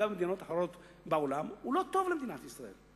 גם ממדינות אחרות בעולם, הוא לא טוב למדינת ישראל.